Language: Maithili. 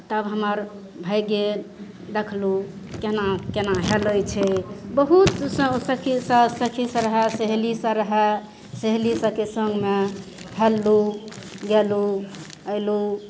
तब हमर भाइ गेल देखलहुॅं केना केना हेलै छै बहुत सखि सखि सब रहए सहेली सब रहए सहेली सबके सङ्गमे हेललहुॅं गेलहुॅं अयलहुॅं